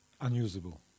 Unusable